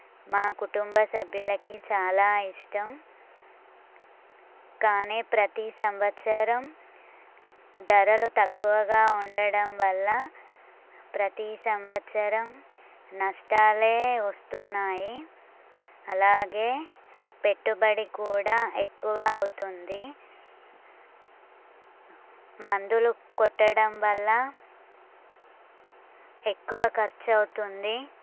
మా కుటుంబ సభ్యులకి చాలా ఇష్టం కానీ ప్రతీ సంవత్సరం ధరలు తక్కువగా ఉండడం వల్ల ప్రతి సంవత్సరం నష్టాలే వస్తున్నాయి అలాగే పెట్టుబడి కూడా ఎక్కువ అవుతుంది మందులు కొట్టడం వల్ల ఎక్కువ ఖర్చవుతుంది